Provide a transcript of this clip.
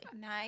Nice